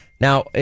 Now